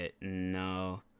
no